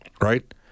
right